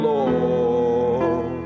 Lord